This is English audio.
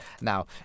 now